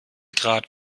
grad